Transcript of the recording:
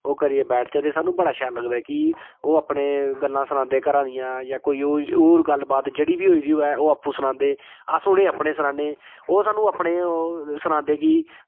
ओह् करियै बैठचै ते सानूं बड़ा शैल लगदा कि ओह् अपने गल्लां सनांदे घरां दियां जां कोई होर गल्ल बात जेह्ड़ी बी होई दी होऐ ओह् आपूं सनांदे अस उ'नें गी अपनी सनान्ने ओह् सानूं अपने सनांदे कि